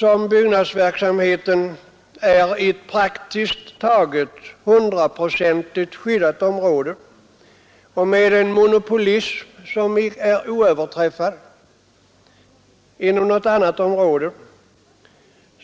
Då byggnadsverksamheten är ett praktiskt taget 100-procentigt skyddat område med en monopolism som är oöverträffad inom varje annat område,